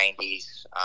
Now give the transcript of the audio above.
90s